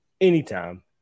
anytime